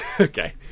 Okay